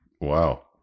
Wow